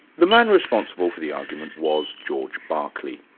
the man responsible for the argument was george berkeley.